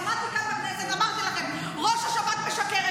עמדתי כאן בכנסת, אמרתי לכם: ראש השב"כ משקר.